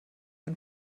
ein